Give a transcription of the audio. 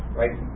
right